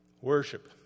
Worship